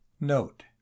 Note